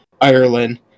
ireland